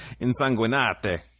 insanguinate